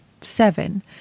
seven